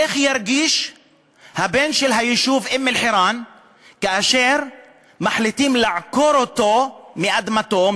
איך ירגיש הבן של היישוב אום-אלחיראן כאשר מחליטים לעקור אותו מאדמתו,